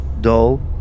dull